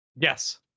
Yes